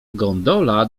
gondola